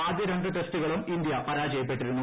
ആദ്യ രണ്ട് ടെസ്റ്റുകളും ഇന്ത്യ പരാജയപ്പെട്ടിരുന്നു